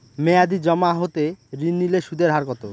মেয়াদী জমা হতে ঋণ নিলে সুদের হার কত?